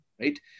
right